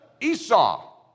Esau